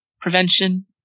prevention